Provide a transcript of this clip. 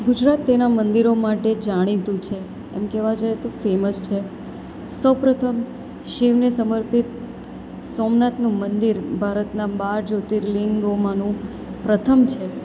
ગુજરાત તેના મંદિરો માટે જાણીતું છે એમ કહેવા જઈએ તો ફેમસ છે સૌ પ્રથમ શિવને સમર્પિત સોમનાથનું મંદિર ભારતનાં બાર જ્યોતિર્લિંગોમાંનું પ્રથમ છે